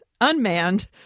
unmanned